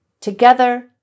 Together